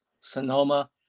Sonoma